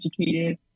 educated